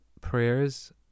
prayers